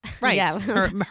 Right